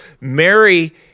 Mary